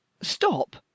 Stop